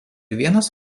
vienas